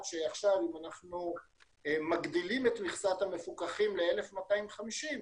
שאם אנחנו מגדילים עכשיו את מכסת המפוקחים ל-1250,